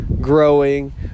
growing